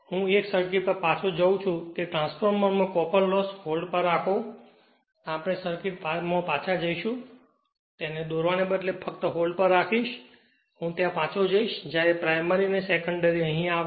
હું 1 સર્કિટ પર પાછો જાઉં છું કે ટ્રાન્સફોર્મરમાં કોપર લોસ હોલ્ડ પર રાખો આપણે સર્કિટ માં પાછા જઈશું તેને દોરવાને બદલે ફક્ત હોલ્ડ પર રાખીશ હું ત્યાં પાછો જઈશ જ્યારે પ્રાઇમરી અને સેકન્ડરી અહીં આવશે